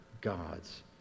God's